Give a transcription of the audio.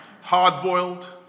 hard-boiled